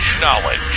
Knowledge